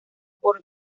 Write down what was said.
por